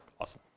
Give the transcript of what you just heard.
Awesome